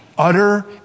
Utter